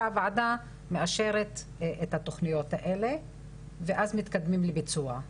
והוועדה מאשרת את התוכניות האלה ואז מתקדמים לביצוע.